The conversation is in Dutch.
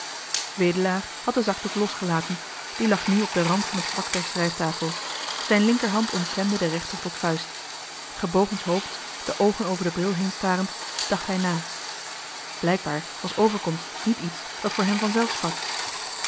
wedelaar had den zakdoek losgelaten die lag nu op den rand van het vlak der schrijftafel zijn linkerhand omklemde de rechter tot vuist gebogenshoofds de oogen over den bril heen starend dacht hij na johan de meester de zonde in het deftige dorp blijkbaar was die overkomst niet iets dat voor hem